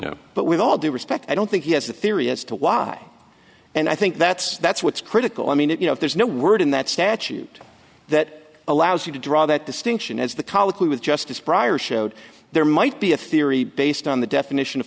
but with all due respect i don't think he has a theory as to why and i think that's that's what's critical i mean if you know if there's no word in that statute that allows you to draw that distinction as the colloquy with justice prior showed there might be a theory based on the definition of